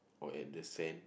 or at the sand